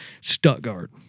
Stuttgart